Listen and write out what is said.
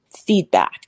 feedback